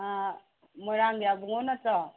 ꯑꯥ ꯃꯣꯏꯔꯥꯡꯒꯤ ꯑꯕꯨꯡꯉꯣ ꯅꯠꯇ꯭ꯔꯣ